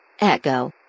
Echo